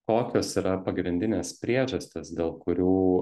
kokios yra pagrindinės priežastys dėl kurių